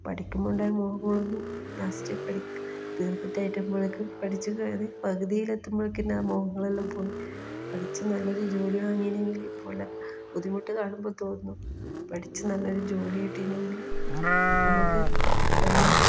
പഠിക്കുമ്പോൾ ഉണ്ടായ മോഹങ്ങളൊന്നും ലാസ്റ്റ് പഠി തീർത്തിട്ടായപ്പോഴേക്കും പഠിച്ച് കയറി പകുതിയിലെത്തുമ്പോഴേക്കിന് ആ മോഹങ്ങളെല്ലാം പോയി പഠിച്ച് നല്ലൊരു ജോലി വാങ്ങിയില്ലെങ്കിൽ പോലെ ബുദ്ധിമുട്ട് കാണുമ്പോൾ തോന്നും പഠിച്ച് നല്ലൊരു ജോലി കിട്ടീന്നെങ്കിൽ നമുക്ക് നല്ലൊരു